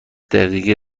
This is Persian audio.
دقیقه